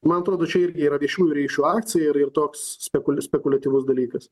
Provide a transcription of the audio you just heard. man atrodo čia irgi yra viešųjų ryšių akcija ir toks spekulia spekuliatyvus dalykas